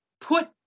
put